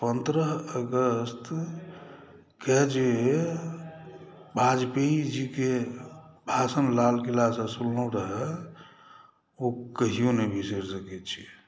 पँद्रह अगस्तकेॅं जे वाजपेयीजीक भाषण लाल क़िलासॅं सुनलहुॅं रहय ओ कहियो नहि बिसरि सकै छी